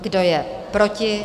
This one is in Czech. Kdo je proti?